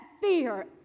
fear